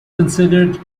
considered